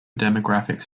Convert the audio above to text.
demographics